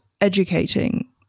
educating